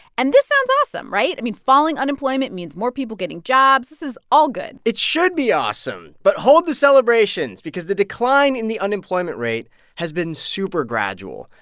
and this sounds awesome, right? i mean, falling unemployment means more people getting jobs. this is all good it should be awesome, but hold the celebrations because the decline in the unemployment rate has been super gradual.